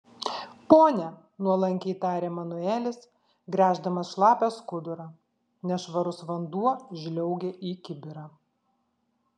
pone nuolankiai tarė manuelis gręždamas šlapią skudurą nešvarus vanduo žliaugė į kibirą